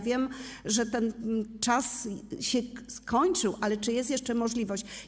Wiem, że czas się skończył, ale czy jest jeszcze taka możliwość?